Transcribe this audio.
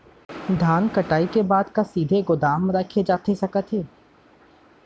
धान कटाई के बाद का सीधे गोदाम मा रखे जाथे सकत हे?